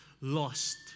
lost